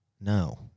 No